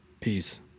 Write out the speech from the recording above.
Peace